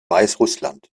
weißrussland